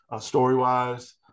story-wise